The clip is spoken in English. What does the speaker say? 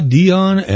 Dion